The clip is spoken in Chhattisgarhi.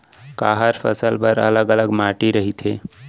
का हर फसल बर अलग अलग माटी रहिथे?